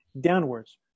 downwards